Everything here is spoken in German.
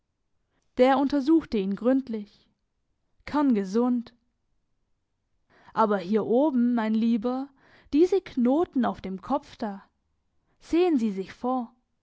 der untersuchte ihn gründlich kerngesund aber hier oben mein lieber diese knoten auf dem kopf da sehen sie sich vor